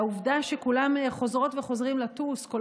העובדה שכולם חוזרות וחוזרים לטוס כל